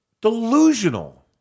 delusional